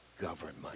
government